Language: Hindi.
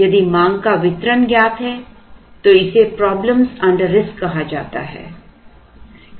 यदि मांग का वितरण ज्ञात है तो इसे प्रॉब्लम्स अंडर रिस्क कहा जाता है